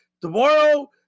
tomorrow